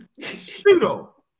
Pseudo